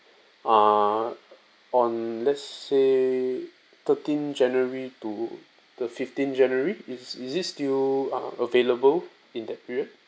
uh on let say thirteen january to to fifteen january is is this still uh available in that period